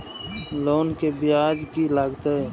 Loan के ब्याज की लागते?